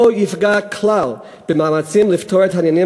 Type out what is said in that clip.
לא תפגע כלל במאמצים לפתור את העניינים